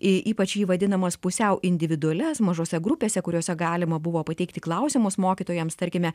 į ypač į vadinamas pusiau individualias mažose grupėse kuriose galima buvo pateikti klausimus mokytojams tarkime